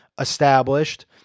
established